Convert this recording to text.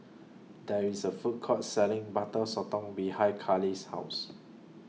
There IS A Food Court Selling Butter Sotong behind Kale's House